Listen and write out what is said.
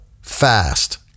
fast